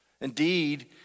Indeed